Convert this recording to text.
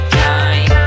time